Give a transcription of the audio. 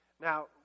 Now